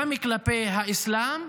גם כלפי האסלאם,